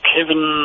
Kevin